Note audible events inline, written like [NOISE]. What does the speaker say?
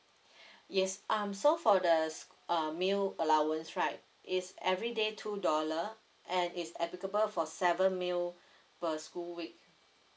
[BREATH] yes um so for the uh meal allowance right is every day two dollar and is applicable for seven meal per school week